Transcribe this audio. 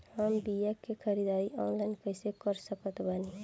हम बीया के ख़रीदारी ऑनलाइन कैसे कर सकत बानी?